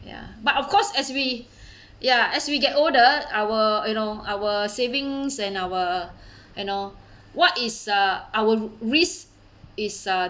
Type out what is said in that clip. ya but of course as we ya as we get older our you know our savings and our annual you know what is uh our risk is uh